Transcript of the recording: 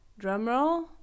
drumroll